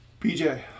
PJ